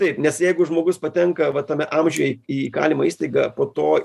taip nes jeigu žmogus patenka va tame amžiuje į įkalinimo įstaigą po to